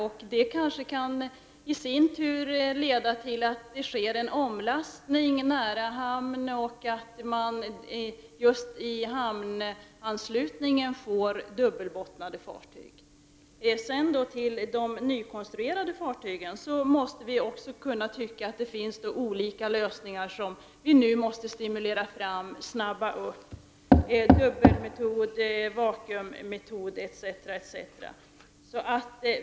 Det kan kanske i sin tur leda till att det sker en omlastning nära hamnarna och att de fartyg som kommer in i hamnarna är dubbelbottnade. När det gäller de nykonstruerade fartygen måste olika lösningar stimuleras fram, dubbelmetod, vakuummetod, etc.